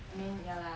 I mean ya lah